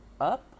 up